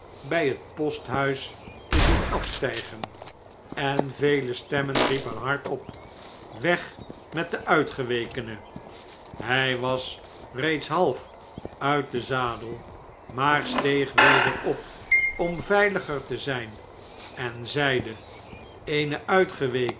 by net posthuis te zien afstggen en vele stemmenriepen hardop weg met den uitgewekene hij was reeds half uit den zadel maar steeg weder op om veiliger te zjjn en zeide een